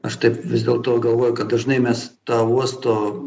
aš taip vis dėl to galvoju kad dažnai mes tą uosto